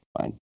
Fine